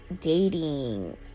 dating